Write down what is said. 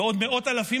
ועוד מאות אלפים,